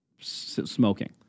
smoking